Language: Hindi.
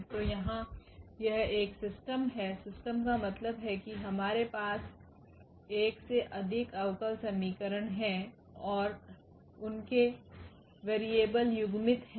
तो यहाँ यह एक सिस्टम हैसिस्टम का मतलब है कि हमारे पास एक से अधिक अवकल समीकरण हैं और उनके वेरिएबल युग्मित हैं